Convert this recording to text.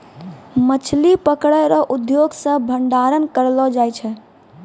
मछली पकड़ै रो उद्योग से भंडारण करलो जाय छै